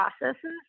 processes